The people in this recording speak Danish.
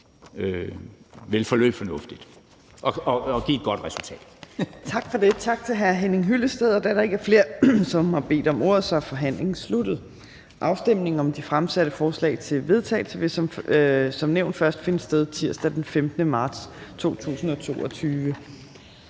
vil forløbe fornuftigt og give et godt resultat.